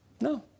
No